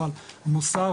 ועל המוסר,